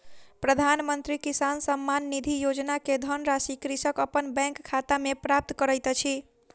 प्रधानमंत्री किसान सम्मान निधि योजना के धनराशि कृषक अपन बैंक खाता में प्राप्त करैत अछि